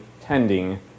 tending